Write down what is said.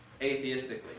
atheistically